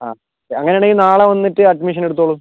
അതെ അങ്ങനെ ആണെങ്കിൽ നാളെ വന്നിട്ട് അഡ്മിഷൻ എടുത്തോളൂ